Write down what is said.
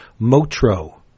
Motro